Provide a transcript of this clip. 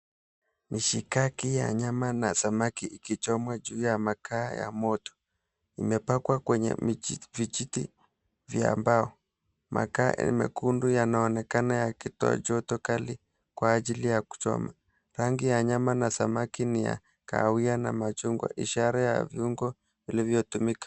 Mishikaki ya nyama na samaki ikichomwa juu ya makaa ya moto. Imepakwa kwenye vijiti vya mbao. Makaa mekundu yanaonekana yakitoa joto kali kwa ajili ya kuchoma. Rangi ya nyama na samaki ni ya kahawia na machungwa ishara ya viungo vilivyotumika.